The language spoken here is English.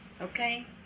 okay